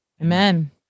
amen